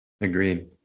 Agreed